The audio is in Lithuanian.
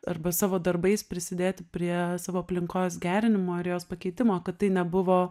arba savo darbais prisidėti prie savo aplinkos gerinimo ir jos pakeitimo kad tai nebuvo